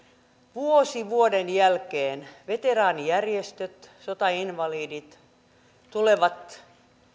vuosi vuoden jälkeen veteraanijärjestöt sotainvalidit tulevat